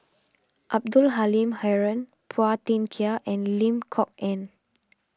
Abdul Halim Haron Phua Thin Kiay and Lim Kok Ann